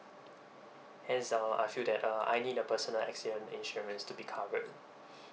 hence uh I feel that uh I need a personal accident insurance to be covered